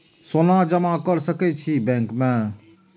सोना जमा कर सके छी बैंक में?